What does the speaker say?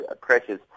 pressures